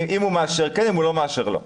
אם הוא מאשר כן, אם הוא לא מאשר לא.